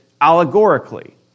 allegorically